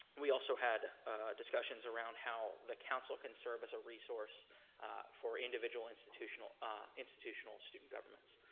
we also had discussions around how the council can serve as a resource for individual institutional ah institutional student government.